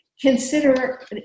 consider